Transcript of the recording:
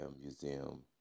Museum